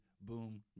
boom